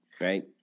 right